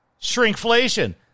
Shrinkflation